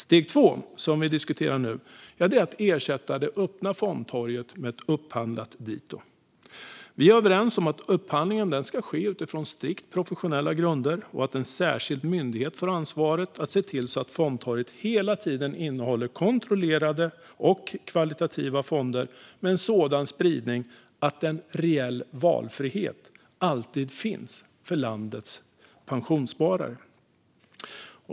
Steg två, som vi diskuterar nu, är att ersätta det öppna fondtorget med ett upphandlat dito. Vi är överens om att upphandlingen ska ske utifrån strikt professionella grunder och att en särskild myndighet får ansvaret för att se till att fondtorget hela tiden innehåller kontrollerade och kvalitativa fonder med sådan spridning att en reell valfrihet alltid finns för landets pensionssparare.